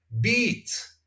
beat